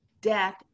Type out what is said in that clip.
death